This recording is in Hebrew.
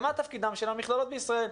לתפקידן של המכללות בישראל.